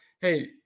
hey